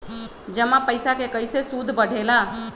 जमा पईसा के कइसे सूद बढे ला?